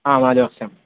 ആ നാല് വർഷം